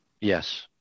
Yes